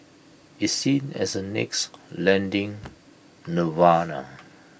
it's seen as A next lending nirvana